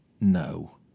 no